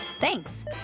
Thanks